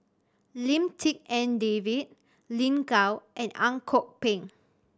Lim Tik En David Lin Gao and Ang Kok Peng